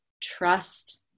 trust